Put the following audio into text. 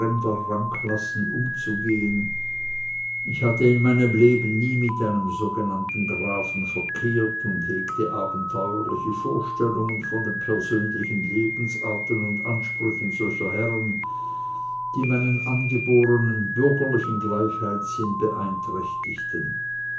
fremder rangklassen umzugehen ich hatte in meinem leben nie mit einem sogenannten grafen verkehrt und hegte abenteuerliche vorstellungen von den persönlichen lebensarten und ansprüchen solcher herren die meinen angeborenen bürgerlichen gleichheitssinn beeinträchtigten